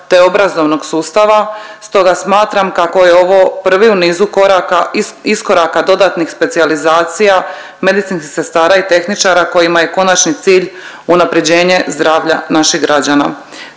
te obrazovnog sustava, stoga smatram kako je ovo prvi u nizu koraka, iskoraka dodatnih specijalizacija, medicinskih sestara i tehničara kojima je konačni cilj unapređenje zdravlja naših građana.